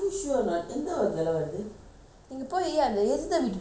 நீங்க போய் அந்த ஏத்த வீட்டில் இருப்பாங்கள அந்த:neenga poi antha aetha vittil iruppangala antha lady